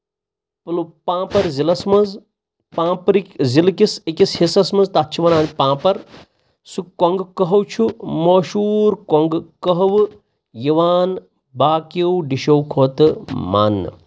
پُلو پامپر ضلعس منٛز پامپرٕکۍ ضِلہٕ کِس أکِس حِصس منٛز تَتھ چھِ ونان پامپر سُہ کۄنٛگہٕ کٔہوٕ چھُ موشوٗر کۄنٛگہٕ کٔہوٕ یِوان باقِیو ڈِشو کھۄتہٕ ماننہٕ